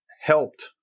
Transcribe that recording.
helped